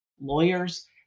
lawyers